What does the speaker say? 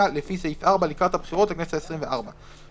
לפי סעיף 4 לקראת הבחירות לכנסת העשרים וארבע,